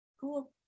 Cool